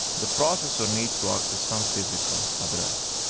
the processor needs to access some physical address.